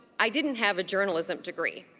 i didn't have a journalism degree.